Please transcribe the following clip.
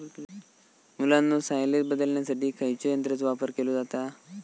मुलांनो सायलेज बदलण्यासाठी खयच्या यंत्राचो वापर केलो जाता?